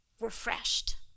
refreshed